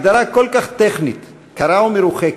הגדרה כל כך טכנית, קרה ומרוחקת,